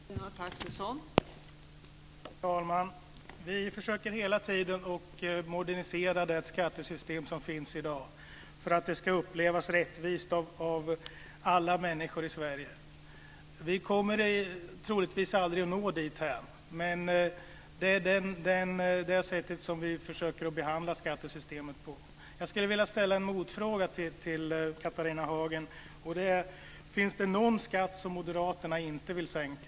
Fru talman! Vi försöker hela tiden modernisera det skattesystem som finns i dag för att det ska upplevas som rättvist av alla människor i Sverige. Vi kommer troligtvis aldrig att nå dithän, men det är det sättet som vi försöker behandla skattesystemet på. Hagen: Finns det någon skatt som moderaterna inte vill sänka?